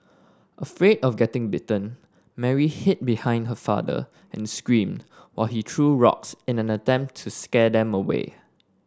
afraid of getting bitten Mary hid behind her father and screamed while he threw rocks in an attempt to scare them away